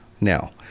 now